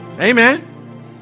Amen